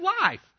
life